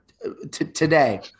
today